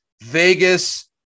Vegas